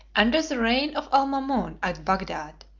under the reign of almamon at bagdad,